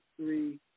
three